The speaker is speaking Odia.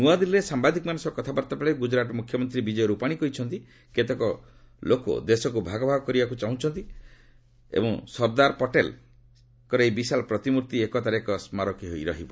ନ୍ତଆଦିଲ୍ଲୀରେ ସାମ୍ବାଦିକମାନଙ୍କ ସହ କଥାବାର୍ତ୍ତାବେଳେ ଗୁଜରାଟ ମୁଖ୍ୟମନ୍ତ୍ରୀ ବିଜୟ ରୂପାନୀ କହିଛନ୍ତି କେତେକ ଲୋକ ଦେଶକୁ ଭାଗ ଭାଗ କରିବାକୁ ଚେଷ୍ଟିତ ଥିବାବେଳେ ସର୍ଦ୍ଦାର ପଟେଲ୍ଙ୍କର ଏହି ବିଶାଳ ପ୍ରତିମୂର୍ତ୍ତି ଏକତାର ଏକ ସ୍କାରକୀ ହୋଇ ରହିବ